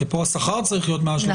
כי פה השכר צריך להיות מעל 350,000 שקלים.